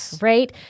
right